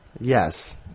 Yes